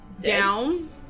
down